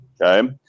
okay